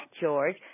George